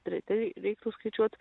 treti reiktų skaičiuot